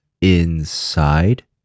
inside